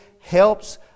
helps